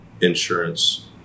insurance